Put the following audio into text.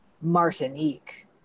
Martinique